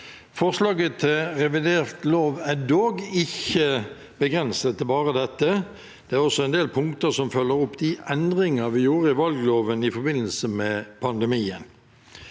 Forslaget til revidert lov er dog ikke begrenset til bare dette, det er også en del punkter som følger opp de endringer vi gjorde i valgloven i forbindelse med pandemien.